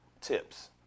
tips